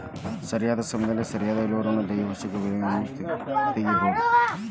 ಸರಿಯಾದ ಸಮಯದಲ್ಲಿ ಸರಿಯಾದ ಇಳುವರಿಯನ್ನು ದ್ವೈವಾರ್ಷಿಕ ಬೆಳೆಗಳಲ್ಲಿ ತಗಿಬಹುದು